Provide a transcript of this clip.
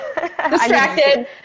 Distracted